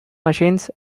machines